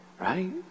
right